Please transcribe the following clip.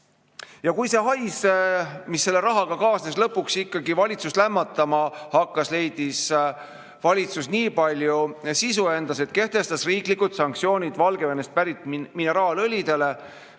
Kui see hais, mis selle rahaga kaasnes, lõpuks ikkagi valitsust lämmatama hakkas, leidis valitsus endas nii palju sisu, et kehtestas riiklikud sanktsioonid Valgevenest pärit mineraalõlide